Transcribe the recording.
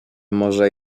może